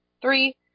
Three